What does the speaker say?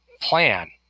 plan